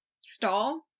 stall